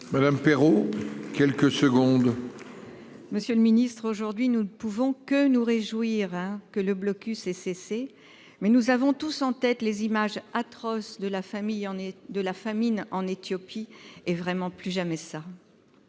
Madame Perraud quelques secondes. Monsieur le ministre, aujourd'hui nous ne pouvons que nous réjouir que le blocus et cesser, mais nous avons tous en tête les images atroces de la famille, on est de la famine en Éthiopie et vraiment plus jamais ça.